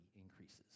increases